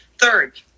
Third